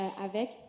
avec